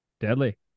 Deadly